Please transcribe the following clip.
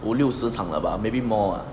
五六十场了吧 maybe more ah